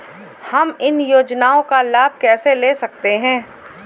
हम इन योजनाओं का लाभ कैसे ले सकते हैं?